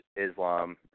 Islam